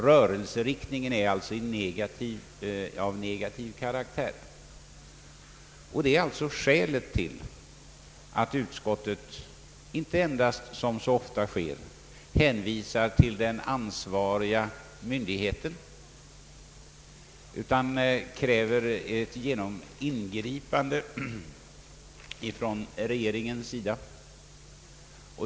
Rörelseriktningen är alltså av negativ karaktär, och det är skälet till att utskottet inte som så ofta sker nöjer sig med att hänvisa till den ansvariga myndigheten utan kräver ett ingripande från regeringens sida.